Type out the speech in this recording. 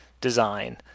design